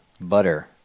Butter